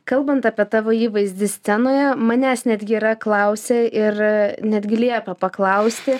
kalbant apie tavo įvaizdį scenoje manęs netgi yra klausę ir netgi liepė paklausti